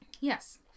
Yes